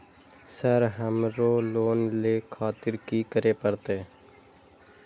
Sir हमरो loan ले खातिर की करें परतें?